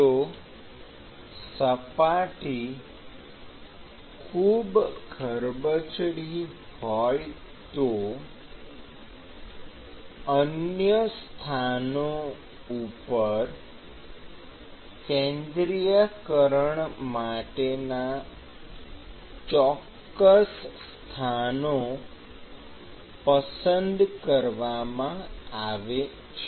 જો સપાટી ખૂબ ખરબચડી હોય તો અન્ય સ્થાનો ઉપર કેન્દ્રિયકરણ માટેના ચોક્કસ સ્થાનો પસંદ કરવામાં આવે છે